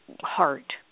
heart